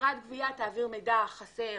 שחברת גבייה תעביר מידע חסר,